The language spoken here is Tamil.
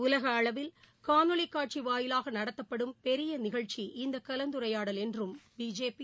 உலகஅளவில் காணொலிகாட்சிவாயிலாகநடத்தப்படும் பெரியநிகழ்ச்சி இந்தகலந்துரையாடல் என்றும் பிஜேபி